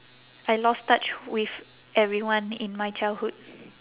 I lost touch with everyone in my childhood